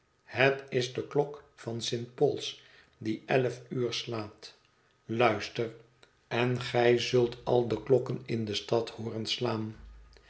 het is de klok van st pauls die elf uur slaat liuister en gij zult al de klokken in de stad hooren slaan